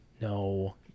No